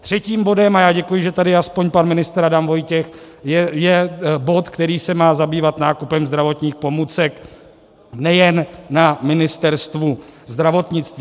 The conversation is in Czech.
Třetím bodem a já děkuji, že je tady aspoň pan ministr Adam Vojtěch je bod, který se má zabývat nákupem zdravotních pomůcek nejen na Ministerstvu zdravotnictví.